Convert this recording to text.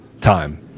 time